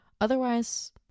Otherwise